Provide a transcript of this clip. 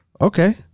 Okay